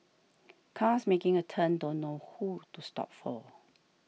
cars making a turn don't know who to stop for